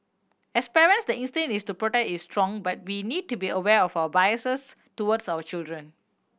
as parents the instincts to protect is strong but we need to be aware of our biases towards our children